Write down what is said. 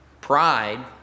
pride